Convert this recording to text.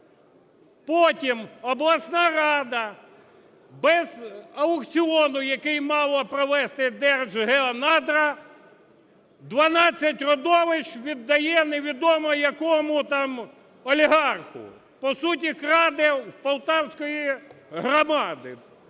Потім обласна рада без аукціону, який мало провести Держгеонадра, 12 родовищ віддає невідомо якому, там, олігарху, по суті, краде в полтавської громади.